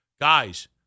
guys